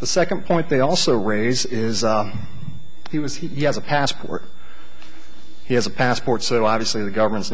the second point they also raise is he was he has a passport he has a passport so obviously the government's